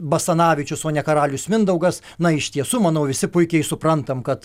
basanavičius o ne karalius mindaugas na iš tiesų manau visi puikiai suprantam kad